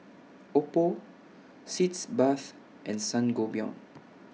Oppo Sitz Bath and Sangobion